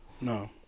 No